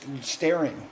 staring